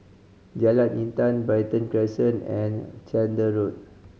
Jalan Intan Brighton Crescent and Chander Road